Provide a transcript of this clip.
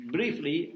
Briefly